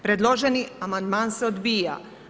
Predloženi amandman se odbija.